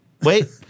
wait